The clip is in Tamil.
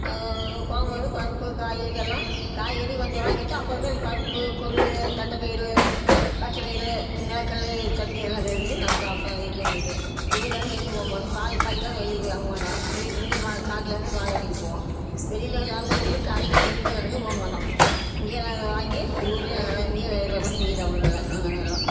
கொழம்பு வந்து பருப்பு காய்கறி எல்லாம் காய்கறி கொஞ்சம் வாங்கி வச்சி அப்புறம் வந்து பருப்பு கொள்ளு தட்டைப்பயிறு பச்சைப்பயிறு நெலக்கடலை சட்னி எல்லாம் செஞ்சு நாங்கள் சாப்பிட்டோம் வீட்டில் இருந்துக்கிட்டே வெளியில் வந்து எங்கேயும் போக மாட்டோம் பால் பாக்கெட் கூட நான் வெளியில் போய் வாங்க மாட்டோம் இங்கேயே பால் காட்டில் இருந்து பால் வாங்கிக்குவோம் வெளியில் வந்து லாக்டவுன் முடி வரையும் கடைக்கு எந்த கடைக்கும் போக மாட்டோம் இங்கேயே எல்லாமே வாங்கி உள்ளூரில் நாங்கள் எல்லாம் இங்கேயே எதை ஏற்பாடு பண்ணி இங்கேயே சாப்பிடுவோம் நல்லா நாங்கள் எல்லாம்